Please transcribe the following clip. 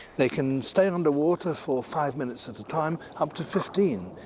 they can stay underwater for five minutes at a time, up to fifteen,